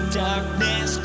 darkness